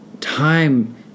time